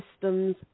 systems